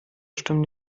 stimmen